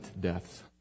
death